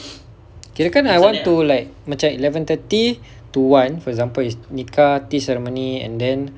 kirakan I want to like macam eleven thirty to one for example is nikah tea ceremony and then